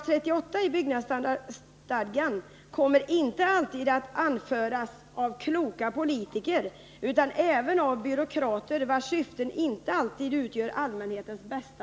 38 § byggnadsstadgan kommer inte alltid att tillämpas av kloka politiker utan även av byråkrater, vilkas syften inte alltid överensstämmer med allmänhetens bästa.